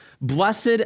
Blessed